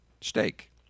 steak